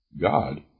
God